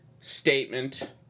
statement